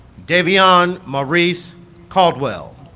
davion maurice caldwell